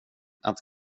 att